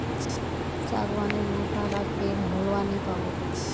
सागवान नेर मोटा डा पेर होलवा नी पाबो